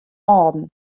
âlden